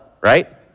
right